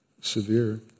severe